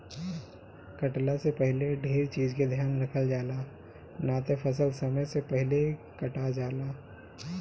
कटला से पहिले ढेर चीज के ध्यान रखल जाला, ना त फसल समय से पहिले कटा जाला